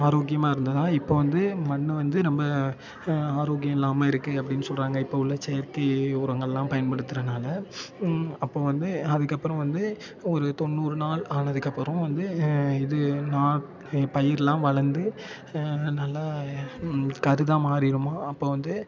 ஆரோக்கியமாக இருந்ததாம் இப்போ வந்து மண் வந்து ரொம்ப ஆரோக்கியம் இல்லாமல் இருக்குது அப்படின்னு சொல்கிறாங்க இப்போ உள்ள செயற்கை உரங்கெல்லாம் பயன்படுத்துறதுனால அப்போ வந்து அதுக்கப்பறம் வந்து ஒரு தொண்ணூறு நாள் ஆனதுக்கப்புறம் வந்து இது நாத்து பயிர்லாம் வளர்ந்து நல்லா கருதாக மாறிவிடுமாம் அப்போ வந்து